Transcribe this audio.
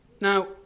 Now